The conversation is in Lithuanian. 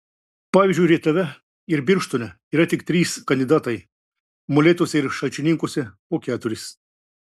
pavyzdžiui rietave ir birštone yra tik trys kandidatai molėtuose ir šalčininkuose po keturis